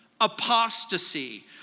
apostasy